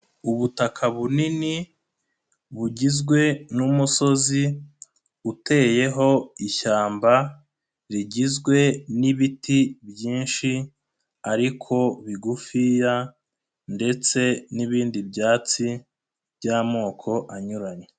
Ubutaka bunini bugizwe n'umusozi uteyeho ishyamba rigizwe n'ibiti byinshi ariko bigufiya ndetse n'ibindi byatsi by'amoko anyuranye.